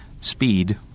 Speed